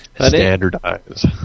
Standardize